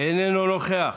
איננו נוכח.